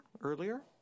earlier